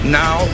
now